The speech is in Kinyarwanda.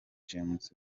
james